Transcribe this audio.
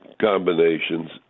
combinations